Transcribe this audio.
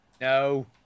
no